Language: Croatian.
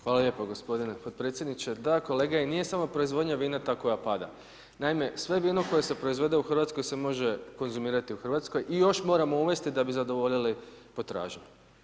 Hvala lijepo gospodine podpredsjedniče, da kolega i nije samo proizvodnja vina ta koja pada, naime sve vino koje se proizvede u Hrvatskoj se može konzumirati u Hrvatskoj i još moramo uvesti da bi zadovoljili potražnju.